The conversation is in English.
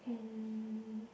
um